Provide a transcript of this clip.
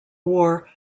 war